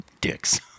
Dicks